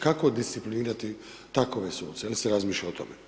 Kako disciplinirati takove suce, je li se razmišlja o tome?